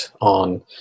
on